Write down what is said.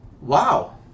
Wow